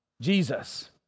Jesus